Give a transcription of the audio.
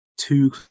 two